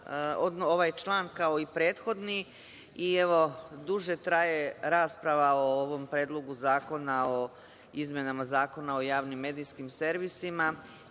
ovaj član, kao i prethodni i evo duže traje rasprava o ovom Predlogu zakona o izmenama Zakona o javnim medijskim servisima,